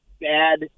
bad